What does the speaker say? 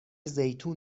زیتون